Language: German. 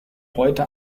heute